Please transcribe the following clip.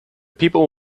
people